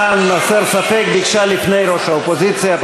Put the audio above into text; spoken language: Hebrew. למען הסר ספק, היא ביקשה לפני ראש האופוזיציה.